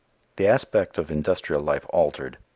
the aspect of industrial life altered.